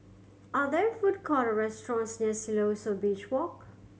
are there food court or restaurants near Siloso Beach Walk